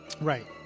Right